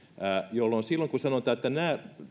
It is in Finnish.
jolloin silloin kun sanotaan että nämä